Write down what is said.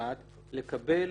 המשמעת לקבל